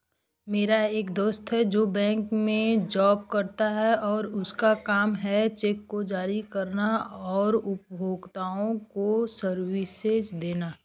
मेरा एक दोस्त है जो बैंक में जॉब करता है और उसका काम है चेक को जारी करना और उपभोक्ताओं को सर्विसेज देना